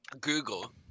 Google